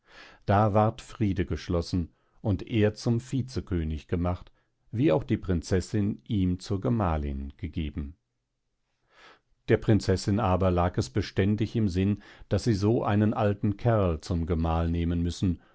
da ward friede geschlossen und er zum vicekönig gemacht wie auch die prinzessin ihm zur gemahlin gegeben der prinzessin aber lag es beständig im sinn daß sie so einen alten kerl zum gemahl nehmen müssen